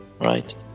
right